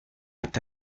eta